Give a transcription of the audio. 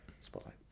Spotlight